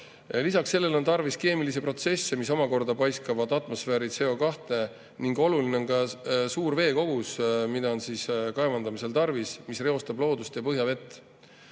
Lisaks sellele on tarvis keemilisi protsesse, mis omakorda paiskavad atmosfääri CO2, ning oluline on ka suur veekogus, mida on kaevandamisel tarvis, mistõttu reostatakse põhjavett.